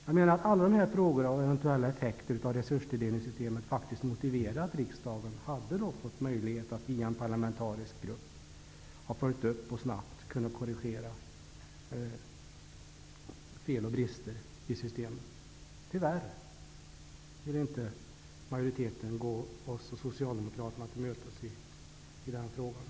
Jag menar att alla dessa frågor om eventuella effekter av resurstilldelningssystemet faktiskt motiverade en möjlighet för riksdagen att via en parlamentarisk grupp följa upp och snabbt korrigera fel och brister i systemet. Tyvärr vill inte majoriteten gå oss och Socialdemokrtaerna till mötes i den frågan.